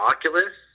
Oculus